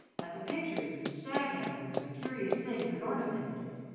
at the pictures and stags' antlers and curious things that ornamented it.